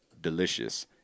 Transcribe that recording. delicious